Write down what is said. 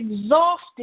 exhausted